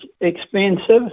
expensive